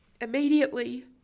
immediately